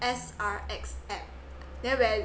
S_R_X app then when